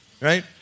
right